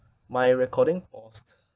my recording paused